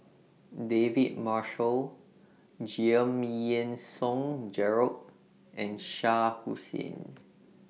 David Marshall Giam Yean Song Gerald and Shah Hussain